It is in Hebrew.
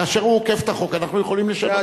כאשר הוא עוקף את החוק אנחנו יכולים לשנות את החוק.